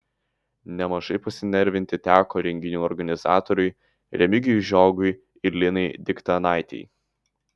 nemažai pasinervinti teko renginių organizatoriui remigijui žiogui ir linai diktanaitei